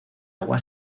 agua